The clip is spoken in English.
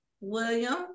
William